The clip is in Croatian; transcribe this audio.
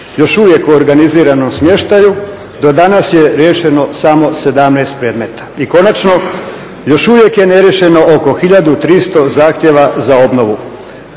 još uvijek u organiziranom smještaju do danas je riješeno samo 17 predmeta. I konačno, još uvijek je neriješeno oko 1300 zahtjeva za obnovu